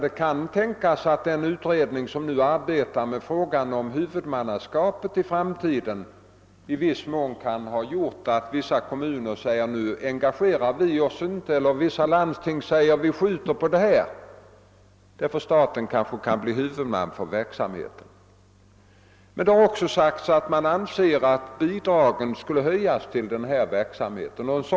Det kan tänkas att den omständigheten att en utredning nu arbetar med frågan om huvudmannaskapet i viss mån har gjort att en del kommuner inte nu velat engagera sig och några landsting föredrar att skjuta på avgörandena, eftersom staten kanske blir huvudman för verksamheten. Det har också hävdats att bidragen till denna verksamhet borde höjas.